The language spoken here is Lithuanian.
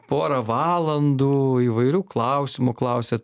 porą valandų įvairių klausimų klausėt